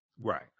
Right